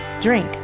drink